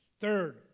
Third